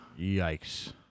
yikes